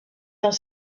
dans